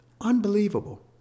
Unbelievable